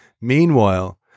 Meanwhile